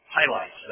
highlights